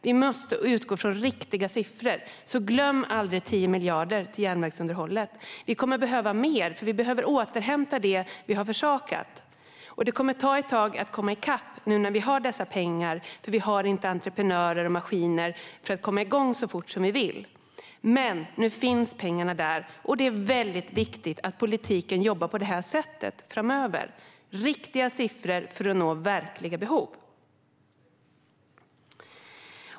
Vi måste utgå från riktiga siffror, så glöm aldrig 10 miljarder till järnvägsunderhållet! Vi kommer att behöva mer, för vi behöver återhämta det som vi har försakat. Det kommer att ta ett tag att komma i kapp nu när vi har dessa pengar, för vi har inte entreprenörer och maskiner för att komma igång så fort som vi vill. Men nu finns pengarna där, och det är väldigt viktigt att politiken jobbar på det här sättet framöver - riktiga siffror för att nå verkliga behov.